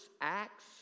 acts